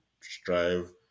strive